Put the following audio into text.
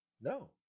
no